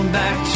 back